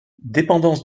dépendance